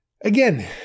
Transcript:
Again